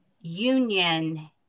union